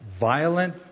violent